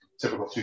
Typical